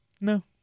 No